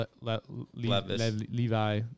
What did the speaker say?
Levi